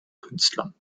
künstlern